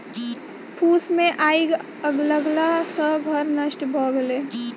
फूस मे आइग लगला सॅ घर नष्ट भ गेल